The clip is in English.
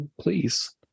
please